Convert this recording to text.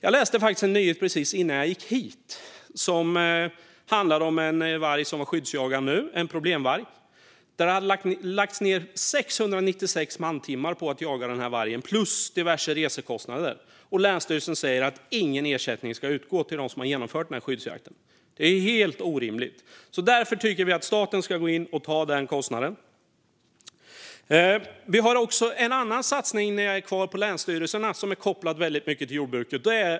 Jag läste en nyhet precis innan jag gick hit som handlade om en varg som nu är skyddsjagad, en problemvarg. Det har lagts ned 696 mantimmar på att jaga den här vargen, plus diverse resekostnader, men länsstyrelsen säger att ingen ersättning ska utgå till dem som utfört skyddsjakten. Det är helt orimligt. Därför tycker vi att staten ska gå in och ta den kostnaden. Vi har en annan satsning på länsstyrelserna som är starkt kopplad till jordbruket.